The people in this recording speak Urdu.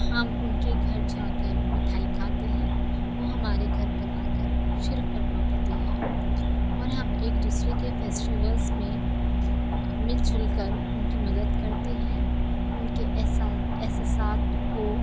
ہم ان کے گھر جا کر میٹھائی کھاتے ہیں وہ ہمارے گھر پر آ کر شیر قورما پیتے ہیں اور ہم ایک دوسرے کے فیسٹیولس میں مل جل کر ان کی مدد کرتے ہیں ان کے احساس احساسات کو